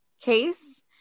case